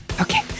Okay